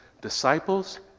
disciples